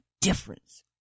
difference